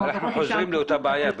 אנחנו חוזרים לאותה בעיה.